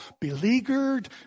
beleaguered